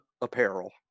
Apparel